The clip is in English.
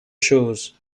shows